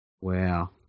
Wow